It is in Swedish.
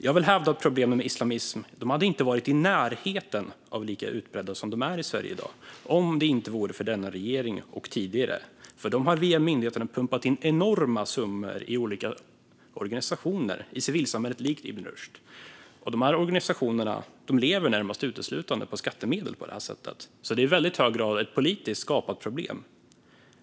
Jag vill hävda att problemen med islamism inte hade varit i närheten av så utbredda som de är i Sverige i dag om det inte vore för denna regering och tidigare regeringar. De har via myndigheterna pumpat in enorma summor i olika organisationer i civilsamhället, som Ibn Rushd. Dessa organisationer lever därmed närmast uteslutande på skattemedel, så detta är i väldigt hög grad ett politiskt skapat problem.